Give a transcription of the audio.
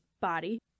body